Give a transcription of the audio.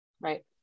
right